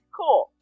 cool